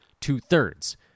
two-thirds